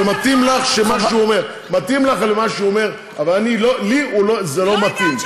זה מתאים לך למה שהוא אומר, אבל לי זה לא מתאים.